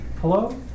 Hello